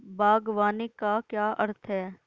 बागवानी का क्या अर्थ है?